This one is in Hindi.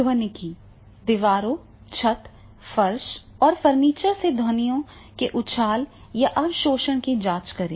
ध्वनिकी दीवारों छत फर्श और फर्नीचर से ध्वनियों के उछाल या अवशोषण की जांच करें